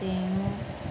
ତେଣୁ